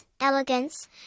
elegance